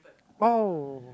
oh